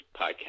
podcast